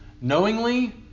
knowingly